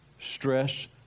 stress